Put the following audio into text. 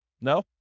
No